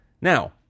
Now